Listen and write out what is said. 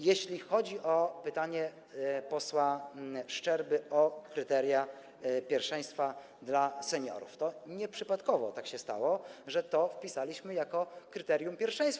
Jeśli chodzi o pytanie posła Szczerby o kryteria pierwszeństwa dla seniorów, to nieprzypadkowo tak się stało, że to wpisaliśmy jako kryterium pierwszeństwa.